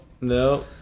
No